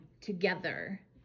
together